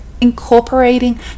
incorporating